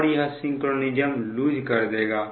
और यह synchronism loose कर देगा